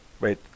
Wait